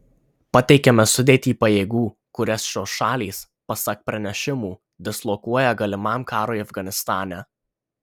pateikiame sudėtį pajėgų kurias šios šalys pasak pranešimų dislokuoja galimam karui afganistane